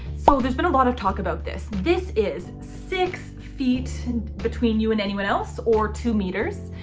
so there's been a lot of talk about this. this is six feet and between you and anyone else or two meters,